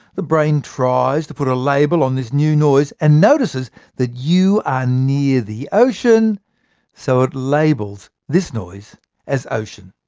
the brain tries to put a label on this new noise, and notices that you are near the ocean so it labels this noise as ocean.